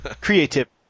Creativity